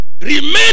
Remain